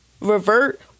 revert